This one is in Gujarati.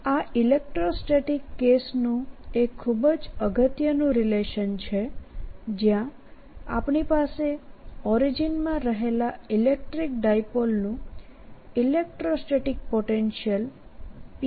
આ ઇલેક્ટ્રોસ્ટેટીકકેસ નું એકખૂબ જ અગત્યનું રિલેશન છેજ્યાં આપણી પાસે ઓરિજીનમાં રહેલા ઇલેક્ટ્રિક ડાયપોલનું ઇલેક્ટ્રોસ્ટેટિક પોટેન્શિયલ p rr3 ના બરાબર છે